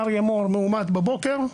אריה מור מאומת בבוקר,